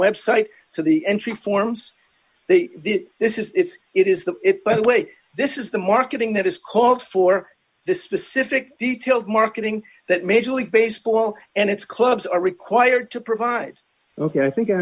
website to the entry forms the this is it's it is the it by the way this is the marketing that is called for this specific detailed marketing that major league baseball and its clubs are required to provide ok i think i